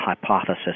hypothesis